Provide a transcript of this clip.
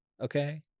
Okay